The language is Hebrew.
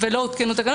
"ולא הותקנו תקנות".